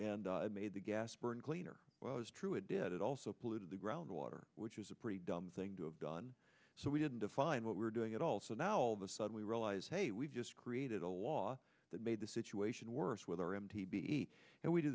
and made the gas burn cleaner well it's true it did it also polluted the groundwater which is a pretty dumb thing to have done so we didn't define what we're doing at all so now all of a sudden we realize hey we've just created a law that made the situation worse with our m t b e and we do